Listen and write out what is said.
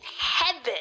heaven